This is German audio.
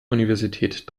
universität